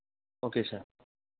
okay sir